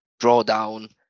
drawdown